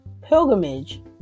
pilgrimage